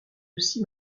aussi